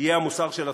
יהיה המוסר של הצבא.